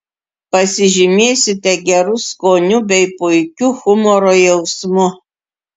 pasižymėsite geru skoniu bei puikiu humoro jausmu